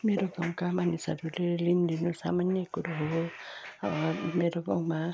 मेरो गाउँका मानिसहरूले ऋण लिनु सामान्य कुरो हो मेरो गाउँमा